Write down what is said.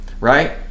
right